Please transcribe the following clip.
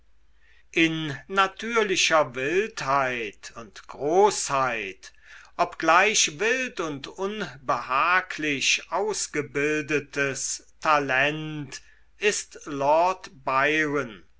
in natürlicher wahrheit und großheit obgleich wild und unbehaglich ausgebildetes talent ist lord byron